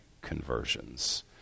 conversions